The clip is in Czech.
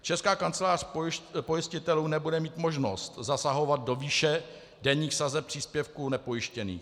Česká kancelář pojistitelů nebude mít možnost zasazovat do výše denních sazeb příspěvků nepojištěných.